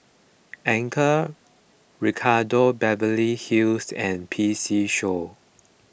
Anchor Ricardo Beverly Hills and P C Show